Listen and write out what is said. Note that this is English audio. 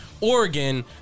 Oregon